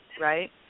right